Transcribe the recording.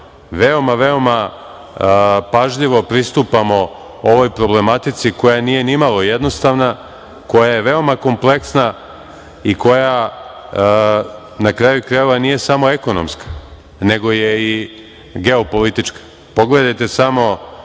veoma, veoma pažljivo pristupamo ovoj problematici i koja nije ni malo jednostavna, koja je veoma kompleksna i koja na kraju krajeva, nije samo ekonomska, nego je i geopolitička. Pogledajte samo